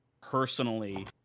personally